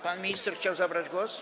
Pan minister chciałby zabrać głos?